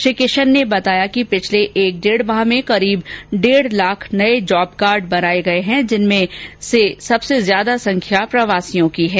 श्री किशन ने बताया कि पिछर्ले एक डेढ माह में करीब डेढ लाख नये जॉब कार्ड बनाये गये हैं जिनमें से सबसे ज्यादा संख्या प्रवासियों की हैं